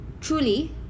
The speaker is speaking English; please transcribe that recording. truly